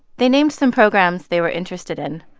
they named some programs they were interested in.